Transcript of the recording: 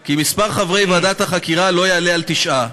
כי מספר חברי ועדת החקירה לא יעלה על תשעה.